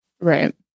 Right